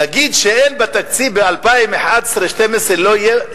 להגיד שאין בתקציב ב-2011 וב-2012 לא יהיה?